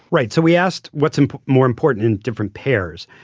right. so we asked what's um more important in different pairs,